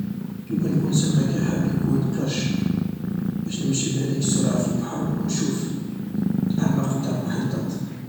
لوكان نكون سمكة حاب نكون قرش باش نمشي بهاديك السرعة في البحر و نشوف اعماق تاع المحيطات